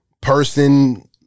person